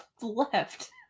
left